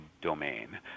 domain